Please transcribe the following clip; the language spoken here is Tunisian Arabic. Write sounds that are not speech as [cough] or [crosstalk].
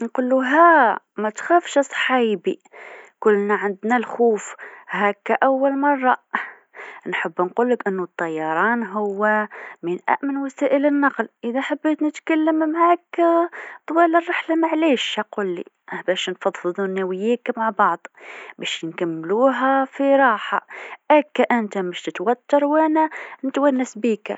نقلو ها ما تخافش اصحيبي بكلنا عندنا الخوف هكه أول مره، نحب نقلك إنو الطيران هو من أأمن وسائل النقل إذا حبيت نتكلم معاك [hesitation] طول الرحله ميسالش قلي بش نفضفض أنا وياك مع بعضنا باش نكملوها مرتاحين هكه انت مش بش تتوتر وأنا نتونس بيك.